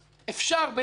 אפשר ביחס